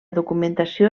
documentació